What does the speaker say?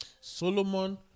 Solomon